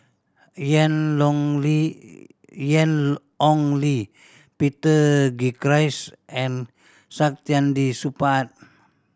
Ian Long Li Ian Ong Li Peter Gilchrist and Saktiandi Supaat